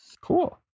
cool